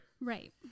Right